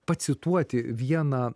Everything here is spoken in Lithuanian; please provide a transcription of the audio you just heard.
pacituoti vieną